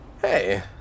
Hey